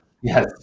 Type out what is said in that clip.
Yes